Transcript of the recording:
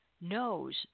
knows